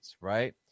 right